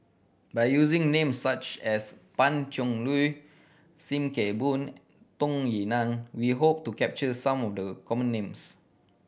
by using name such as Pan Cheng Lui Sim Kee Boon Tung Yue Nang we hope to capture some of the common names